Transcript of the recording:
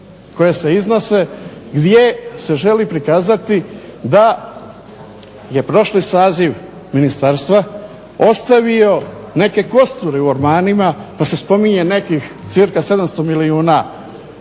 koje se iznose gdje se želi prikazati da je prošli saziv ministarstva ostavio neke kosture u ormanima pa se spominje nekih cca 700 milijuna